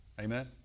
Amen